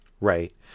Right